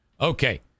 Okay